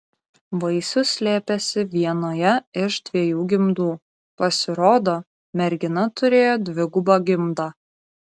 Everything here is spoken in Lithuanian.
vaisius slėpėsi vienoje iš dviejų gimdų pasirodo mergina turėjo dvigubą gimdą